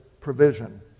provision